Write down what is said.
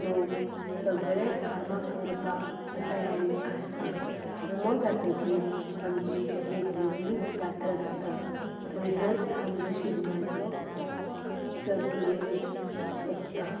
लोक सगळे कामां करपाक तयारी आसता शिगमो जातकीच आमची एक व्हडली जात्रा जाता थंयसर आमगे शिगम्याचो सगळे सोंपता